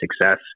success